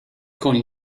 con